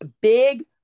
big